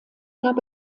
gab